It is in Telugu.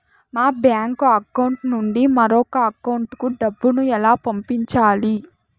మా బ్యాంకు అకౌంట్ నుండి మరొక అకౌంట్ కు డబ్బును ఎలా పంపించాలి